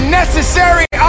necessary